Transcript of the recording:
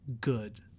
Good